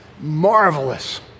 Marvelous